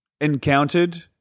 encountered